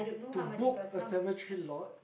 to book a cemetery lot